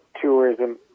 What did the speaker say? tourism